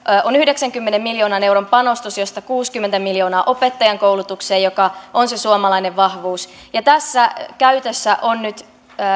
on yhdeksänkymmenen miljoonan euron panostus josta kuusikymmentä miljoonaa on opettajankoulutukseen joka on se suomalainen vahvuus ja tässä on käytössä nyt